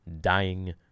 dying